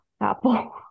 apple